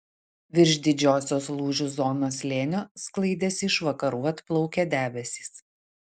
virš didžiosios lūžių zonos slėnio sklaidėsi iš vakarų atplaukę debesys